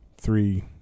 Three